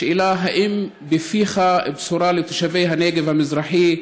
השאלה היא אם בפיך בשורה לתושבי הנגב המזרחי,